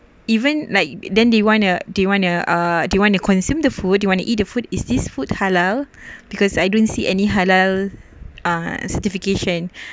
even like then they wanna they wanna uh they want to consume the food you want to eat the food is this food halal because I don't see any halal certification